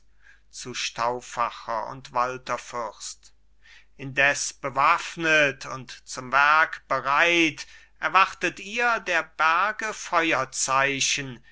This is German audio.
zu stauffacher und walther fürst indes bewaffnet und zum werk bereit erwartet ihr der berge